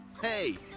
Hey